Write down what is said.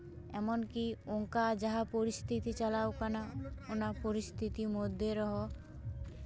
ᱮᱢᱚᱱ ᱠᱤ ᱚᱱᱠᱟ ᱡᱟᱦᱟᱸ ᱯᱚᱨᱤᱥᱛᱷᱤᱛᱤ ᱪᱟᱞᱟᱣ ᱠᱟᱱᱟ ᱚᱱᱟ ᱯᱚᱨᱤᱥᱛᱷᱤᱛᱤ ᱢᱚᱫᱽᱫᱷᱮ ᱨᱮᱦᱚᱸ